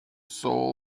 soul